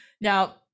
Now